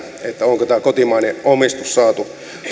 onko tämä kotimainen omistus saatu